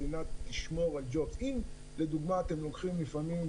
וחשוב מאוד עד סיום משבר הקורונה תנו לנו לחיות בכבוד,